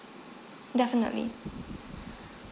definitely